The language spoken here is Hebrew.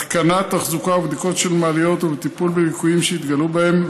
תחזוקה ובדיקות של מעליות וטיפול בליקויים שהתגלו בהן,